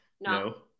No